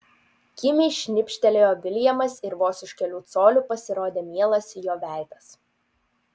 kimiai šnibžtelėjo viljamas ir vos už kelių colių pasirodė mielas jo veidas